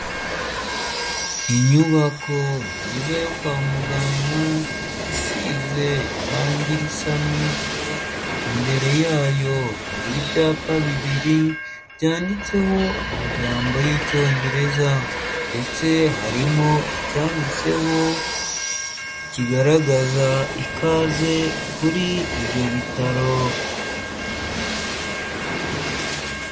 Inyubako nziza yo kwa muganga isize irangi risa n'ivu, imbere yayo hari ibyapa bibiri byanditseho amagambo y'icyongereza, ndetse harimo icyanditseho kigaragaza ikaze kuri ibyo bitaro.